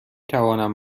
توانم